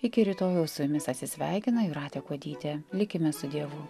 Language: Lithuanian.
iki rytojaus su jumis atsisveikina jūratė kuodytė likime su dievu